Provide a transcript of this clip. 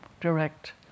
direct